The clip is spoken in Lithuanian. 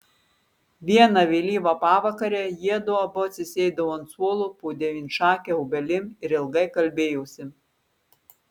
vieną vėlyvą pavakarę jiedu abu atsisėdo ant suolo po devynšake obelim ir ilgai kalbėjosi